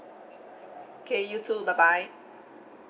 okay you too bye bye